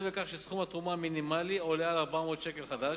בכך שסכום התרומה המינימלי עולה על 400 שקל חדש,